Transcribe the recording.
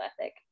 ethic